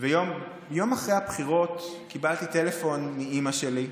יום אחרי הבחירות קיבלתי טלפון מאימא שלי,